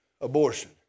abortion